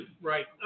right